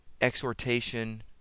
exhortation